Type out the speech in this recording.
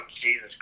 Jesus